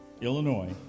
Illinois